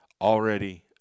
Already